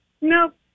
Nope